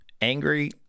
angry